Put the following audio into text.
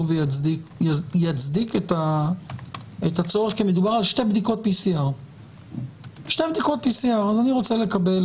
ויצדיק את הצורך כי מדובר על שתי בדיקות PCR. אני רוצה לקבל